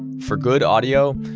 and for good audio,